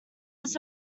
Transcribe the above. was